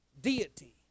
deity